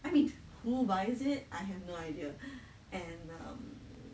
I mean who buys it I have no idea and um